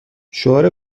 شعار